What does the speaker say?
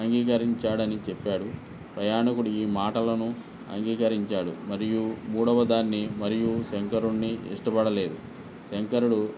అంగీకరించాడు అని చెప్పాడు ప్రయాణికుడు ఈ మాటలను అంగీకరించాడు మరియు మూడొవ దాన్ని మరియు శంకరున్ని ఇష్టపడలేదు శంకరుడు